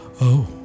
Oh